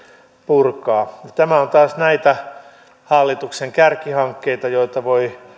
purkaa tämä on taas näitä hallituksen kärkihankkeita joita voi